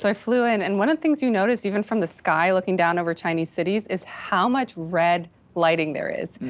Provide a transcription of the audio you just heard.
i flew in. and one of the things you notice even from the sky, looking down over chinese cities is how much red lighting there is,